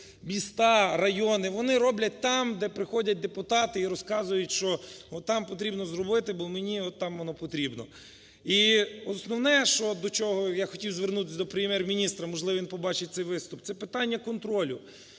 міста, райони, вони роблять там, де приходять депутати і розказують, що от там потрібно зробити, бо мені от там воно потрібно. І основне, до чого я хотів звернутись до Прем'єр-міністра, можливо він побачить цей виступ, це питання контролю.